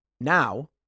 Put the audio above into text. now